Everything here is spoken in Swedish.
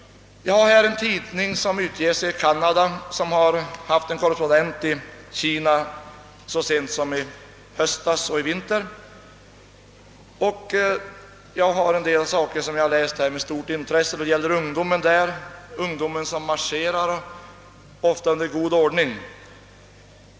Jag har här en tidning som utges i Kanada, vilken har haft en korrespondent i Kina så sent som i höstas och i vinter. Här finns en del saker som jag läst med stort intresse och som gäller ungdomen, ungdomen som marscherar, ofta i god ordning.